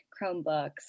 Chromebooks